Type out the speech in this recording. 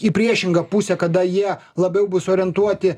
į priešingą pusę kada jie labiau bus orientuoti